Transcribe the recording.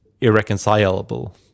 irreconcilable